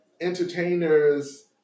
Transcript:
entertainers